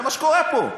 זה מה שקורה פה.